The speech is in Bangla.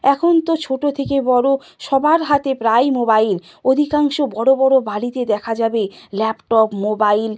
এখন তো ছোটো থেকে বড় সবার হাতে প্রায়ই মোবাইল অধিকাংশ বড় বড় বাড়িতে দেখা যাবে ল্যাপটপ মোবাইল